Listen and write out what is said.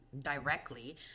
directly